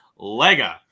Lega